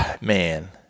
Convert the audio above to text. man